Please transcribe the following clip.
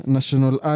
National